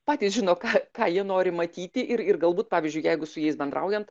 patys žino ką ką jie nori matyti ir ir galbūt pavyzdžiui jeigu su jais bendraujant